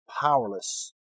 powerless